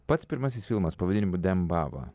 pats pirmasis filmas pavadinimu dembava